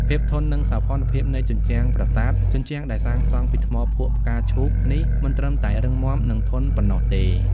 ភាពធន់ និងសោភ័ណភាពនៃជញ្ជាំងប្រាសាទ ជញ្ជាំងដែលសាងសង់ពីថ្មភក់ផ្កាឈូកនេះ មិនត្រឹមតែរឹងមាំ និងធន់ប៉ុណ្ណោះទេ។